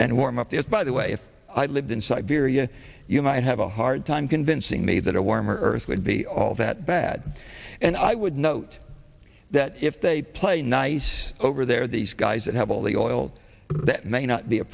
and warm up there by the way if i lived in siberia you might have a hard time convincing me that a warmer earth would be all that bad and i would note that if they play nice over there are these guys that have all the oil that may not be a